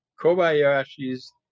Kobayashi's